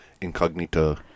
incognito